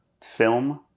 film